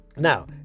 now